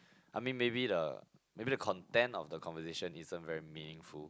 I mean maybe the maybe the content or the conversation isn't very meaningful